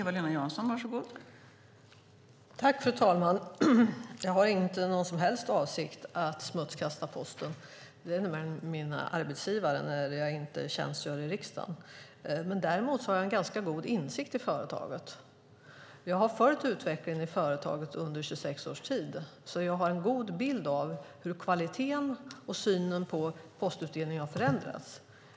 Fru talman! Jag har inte någon som helst avsikt att smutskasta Posten. Det är min arbetsgivare när jag inte tjänstgör i riksdagen. Därmed har jag en ganska god insikt i företaget. Jag har följt utvecklingen i företaget under 26 års tid, så jag har en god bild av hur kvaliteten och synen på postutdelningen har förändrats.